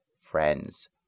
friends